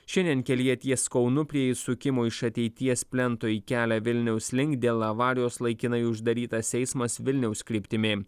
šiandien kelyje ties kaunu prie išsukimo iš ateities plento į kelią vilniaus link dėl avarijos laikinai uždarytas eismas vilniaus kryptimi